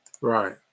Right